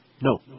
No